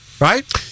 right